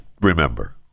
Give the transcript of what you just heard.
remember